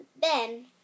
Ben